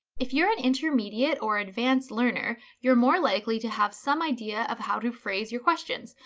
if you're an intermediate or advanced learner you're more likely to have some idea of how to phrase your questions.